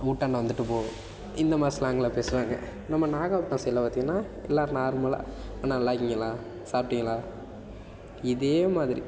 ஊட்டாண்ட வந்துவிட்டு போ இந்த மாதிரி ஸ்லாங்கில் பேசுவாங்க நம்ம நாகப்பட்டினம் சைடில் பார்த்திங்கனா எல்லாரும் நார்மலாக அண்ண நல்லா இருக்கீங்களா சாப்பிட்டீங்களா இதே மாதிரி